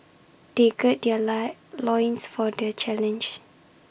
they gird their lie loins for the challenge